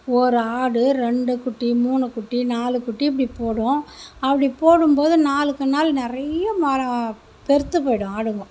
ஒரு ஆடு ரெண்டு குட்டி மூணு குட்டி நாலு குட்டி இப்படி போடும் அப்படி போடும் போது நாளுக்கு நாள் நிறைய பெருத்து போய்டும் ஆடுங்க